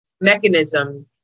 mechanism